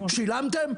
שילמתם?